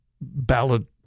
ballot